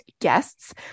guests